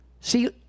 See